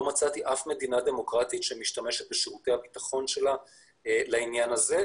ולא מצאתי אף מדינה דמוקרטית שמשתמשת בשירותי הביטחון שלה לעניין הזה,